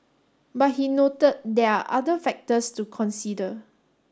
but he noted there are other factors to consider